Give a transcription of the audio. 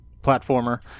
platformer